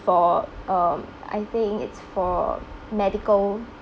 for um I think it's for medical